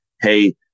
hey